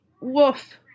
woof